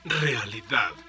Realidad